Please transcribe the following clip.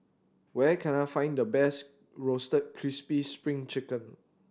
where can I find the best Roasted Crispy Spring Chicken